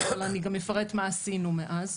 ואני אפרט מה עשינו מאז,